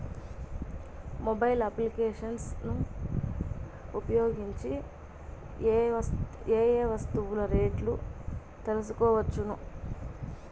Mobile applications ను ఉపయోగించి ఏ ఏ వస్తువులు రేట్లు తెలుసుకోవచ్చును?